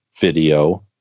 video